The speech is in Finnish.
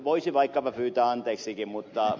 voisin vaikkapa pyytää anteeksikin